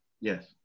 Yes